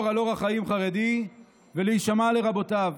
על אורח חיים חרדי ולהישמע לרבותיו,